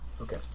Okay